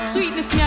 Sweetness